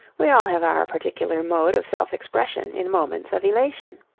we all have our particular mode of self-expression in moments of elation.